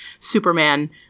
Superman